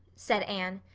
said anne.